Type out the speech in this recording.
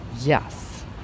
Yes